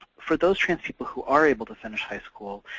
for those trans people who are able to finish high school,